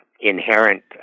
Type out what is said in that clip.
inherent